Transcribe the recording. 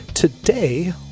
Today